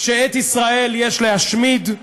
שאת ישראל יש להשמיד,